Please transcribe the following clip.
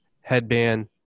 headband